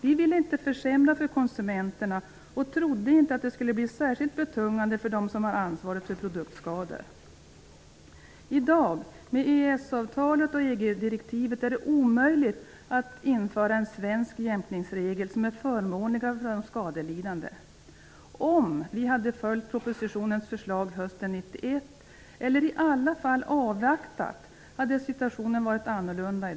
Vi ville inte försämra för konsumenterna och trodde inte att det skulle bli särskilt betungande för dem som har ansvaret för produktskador. I och med EES-avtalet och EG-direktivet är det i dag omöjligt att införa en svensk jämkningsregel som är förmånligare för de skadelidande. Om man hade följt propositionens förslag hösten 1991, eller i alla fall avvaktat, hade situationen varit annorlunda.